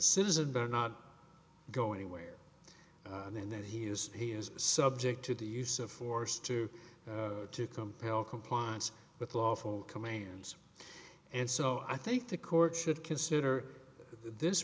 citizen but not go anywhere and that he is he is subject to the use of force to compel compliance with lawful commands and so i think the court should consider this